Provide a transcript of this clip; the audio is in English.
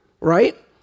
right